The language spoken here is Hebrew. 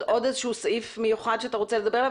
עוד איזשהו סעיף מיוחד שאתה רוצה לדבר עליו?